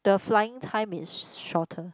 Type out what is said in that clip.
the flying time is shorter